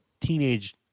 teenage—